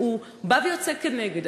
הוא בא ויוצא כנגד.